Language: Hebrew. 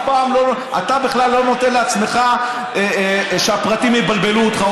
אתה בכלל לא נותן לעצמך שהפרטים יבלבלו אותך,